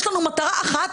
יש לנו מטרה אחת,